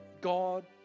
God